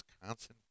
Wisconsin